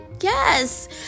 Yes